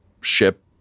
ship